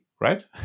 right